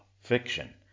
fiction